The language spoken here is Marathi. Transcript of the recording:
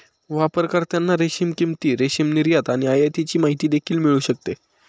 वापरकर्त्यांना रेशीम किंमती, रेशीम निर्यात आणि आयातीची माहिती देखील मिळू शकते